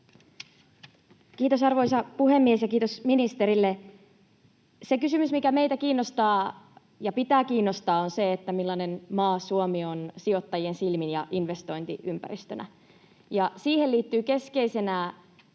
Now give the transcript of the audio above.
Kiitos, arvoisa puhemies! Ja kiitos ministerille. Se kysymys, mikä meitä kiinnostaa ja pitää kiinnostaa, on se, millainen maa Suomi on sijoittajien silmin ja investointiympäristönä, ja siihen liittyy keskeisenä